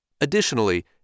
Additionally